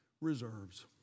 reserves